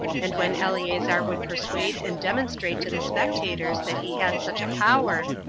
and when eleazar would persuade and demonstrate to the spectators that he had such a power,